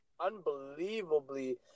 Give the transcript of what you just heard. Unbelievably